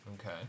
Okay